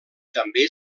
també